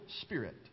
spirit